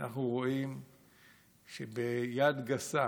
שאנחנו רואים שביד גסה